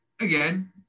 again